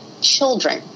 children